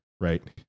right